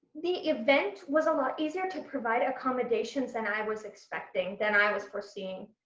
the event was a lot easier to provide accommodations than i was expecting, than i was for seeing.